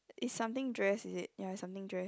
it's something dress is it ya it's something dress